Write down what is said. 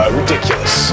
ridiculous